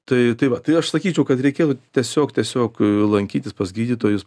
tai tai va tai aš sakyčiau kad reikėtų tiesiog tiesiog lankytis pas gydytojus